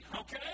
okay